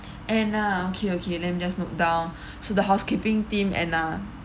anna okay okay let me just note down so the housekeeping team anna